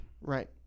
right